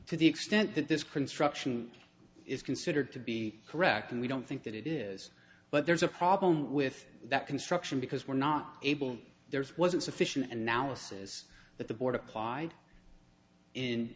to the extent that this construction is considered to be correct and we don't think that it is but there's a problem with that construction because we're not able there's wasn't sufficient analysis that the board applied in